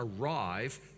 arrive